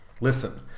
Listen